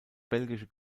belgische